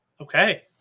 Okay